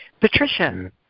Patricia